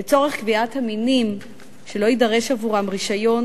לצורך קביעת המינים שלא יידרש עבורם רשיון,